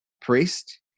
Priest